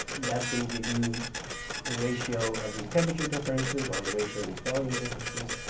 that's going to give you the ratio of these temperature differences or the ratio of these volume differences.